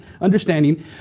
understanding